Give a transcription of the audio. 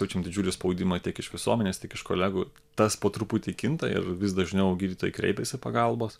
jaučiam didžiulį spaudimą tiek iš visuomenės tiek iš kolegų tas po truputį kinta ir vis dažniau gydytojai kreipiasi pagalbos